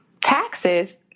taxes